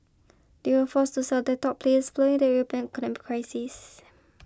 they were forced to sell their top players following the European economic crisis